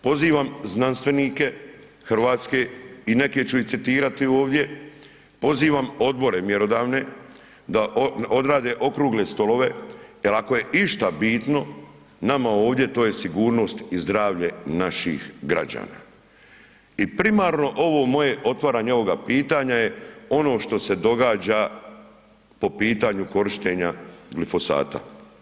Pozivam znanstvenike hrvatske i neke ću i citirati ovdje, pozivam odbore mjerodavne da odrade okrugle stolove jer ako je išta bitno nama ovdje to je sigurnost i zdravlje naših građana i primarno ovo moje otvaranje ovoga pitanja je ono što se događa po pitanju korištenja glifosata.